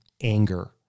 anger